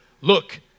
Look